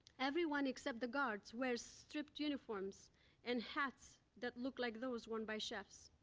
everyone except the guards wear striped uniforms and hats that look like those worn by chefs.